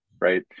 right